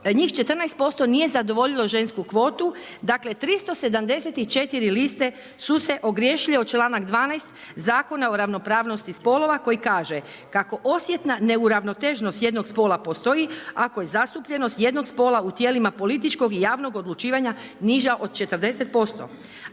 njih 14% nije zadovoljilo žensku kvotu, dakle 374 liste su se ogriješile o članak 12. Zakona o ravnopravnosti spolova koji kaže kako osjetna neuravnoteženost jednog spola postoji, ako je zastupljenost jednog spola u tijelima političkog i javnog odlučivanja niža od 40%.